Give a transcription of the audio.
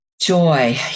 Joy